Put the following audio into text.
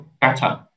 better